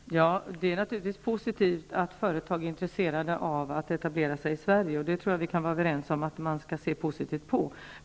Herr talman! Det är naturligtvis positivt att företag är intresserade av att etablera sig i Sverige. Det tror jag att vi kan vara överens om att man skall se positivt på.